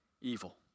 evil